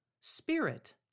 spirit